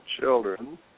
children